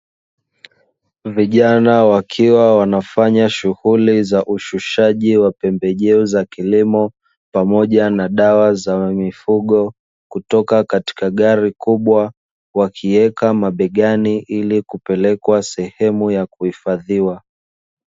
Vijana wakiwa wanafanya shughuli za ushushaji wa pembejeo za kilimo pamoja na dawa za mifugo kutoka katika gari kubwa, wakiweka mabegani ili kupelekwa sehemu ya kuhifadhiwa.